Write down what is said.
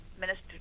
minister